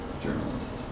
journalist